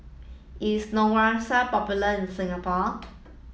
is Neostrata popular in Singapore